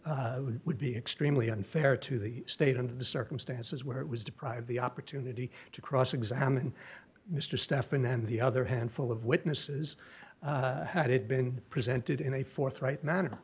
be would be extremely unfair to the state of the circumstances where it was deprived the opportunity to cross examine mr stephan and the other handful of witnesses had it been presented in a forthright manner